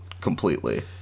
completely